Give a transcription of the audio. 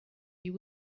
you